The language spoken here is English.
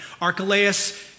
Archelaus